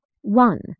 One